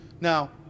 Now